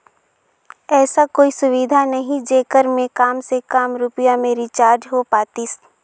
ऐसा कोई सुविधा नहीं जेकर मे काम से काम रुपिया मे रिचार्ज हो पातीस?